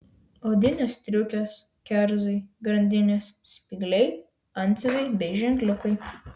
odinės striukės kerzai grandinės spygliai antsiuvai bei ženkliukai